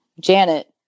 Janet